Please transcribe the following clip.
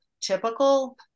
typical